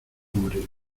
morirá